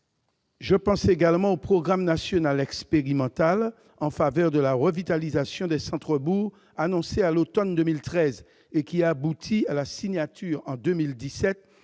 Je pense également au programme national expérimental en faveur de la revitalisation des centres-bourgs annoncé à l'automne 2013 et qui a abouti à la signature, en 2017,